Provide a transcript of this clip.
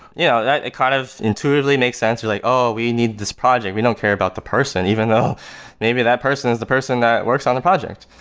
yeah that kind of intuitively makes sense. they're like, oh, we need this project. we don't care about the person, even though maybe that person is the person that works on the project,